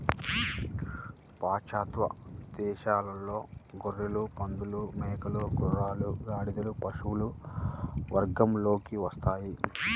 పాశ్చాత్య దేశాలలో గొర్రెలు, పందులు, మేకలు, గుర్రాలు, గాడిదలు పశువుల వర్గంలోకి వస్తాయి